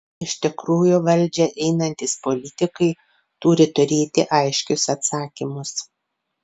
iš tikrųjų valdžią einantys politikai turi turėti aiškius atsakymus